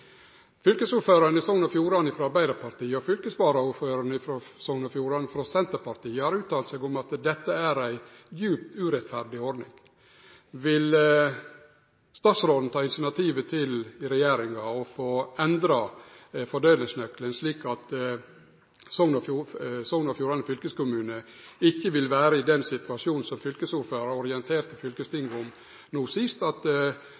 Fylkesordføraren i Sogn og Fjordane, frå Arbeidarpartiet, og fylkesvaraordføraren i Sogn og Fjordane, frå Senterpartiet, har uttalt at dette er ei djupt urettferdig ordning. Vil statsråden ta initiativ frå regjeringa for å få endre fordelingsnøkkelen, slik at Sogn og Fjordane fylkeskommune ikkje vil vere i den situasjon som fylkesordføraren orienterte fylkestinget om no sist, at